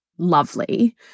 Lovely